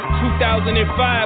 2005